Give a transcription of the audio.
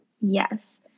Yes